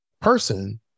person